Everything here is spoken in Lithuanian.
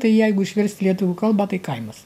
tai jeigu išverst į lietuvių kalbą tai kaimas